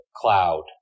cloud